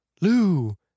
Lou